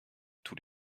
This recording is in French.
tous